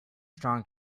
strong